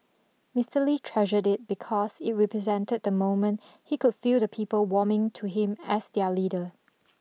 Mister Lee treasured it because it represented the moment he could feel the people warming to him as their leader